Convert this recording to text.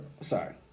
sorry